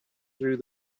through